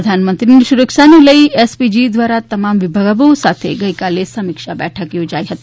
પ્રધાનમંત્રીની સુરક્ષાન લઈ એસપીજી દ્વારા તમામ વિભાગો સાથે ગઈકાલે સમીક્ષા બેઠક કરાઈ હતી